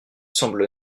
semble